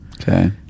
Okay